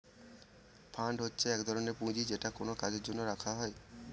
fund হচ্ছে এক ধরনের পুঁজি যেটা কোনো কাজের জন্য রাখা হয়